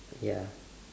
ya